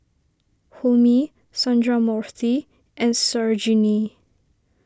Homi Sundramoorthy and Sarojini